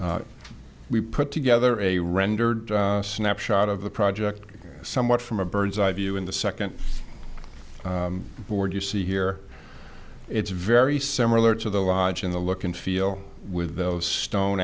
we put together a rendered snapshot of the project somewhat from a bird's eye view in the second board you see here it's very similar to the lodge in the look and feel with those stone